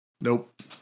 Nope